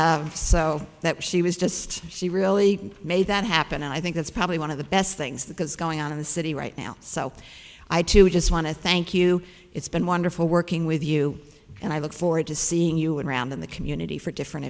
sell that she was just she really made that happen and i think that's probably one of the best things that has going on in the city right now south i too just want to thank you it's been wonderful working with you and i look forward to seeing you around in the community for different